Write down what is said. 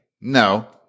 No